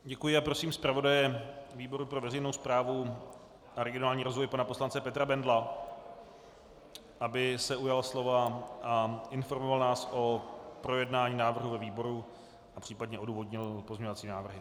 Děkuji a prosím zpravodaje výboru pro veřejnou správu a regionální rozvoj pana poslance Petra Bendla, aby se ujal slova a informoval nás o projednání návrhu ve výboru a případně odůvodnil pozměňovací návrhy.